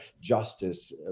justice